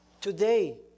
today